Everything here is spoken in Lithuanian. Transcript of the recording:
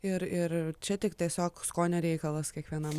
ir ir čia tik tiesiog skonio reikalas kiekvienam